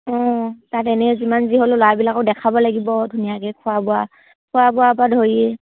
অঁ তাত এনেই যিমান যি হ'লে ল'ৰাবিলাকক দেখাব লাগিব ধুনীয়াকৈ খোৱা বোৱা খোৱা বোৱাৰ পৰা ধৰি